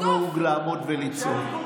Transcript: לא נהוג לעמוד ולצעוק.